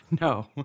No